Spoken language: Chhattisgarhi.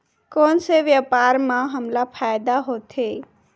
कोन से व्यापार म हमला फ़ायदा होथे?